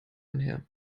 einher